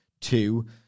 Two